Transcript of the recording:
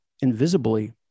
invisibly